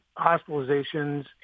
hospitalizations